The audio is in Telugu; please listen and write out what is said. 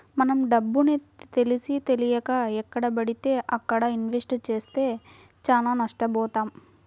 మనం డబ్బుని తెలిసీతెలియక ఎక్కడబడితే అక్కడ ఇన్వెస్ట్ చేస్తే చానా నష్టబోతాం